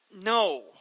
No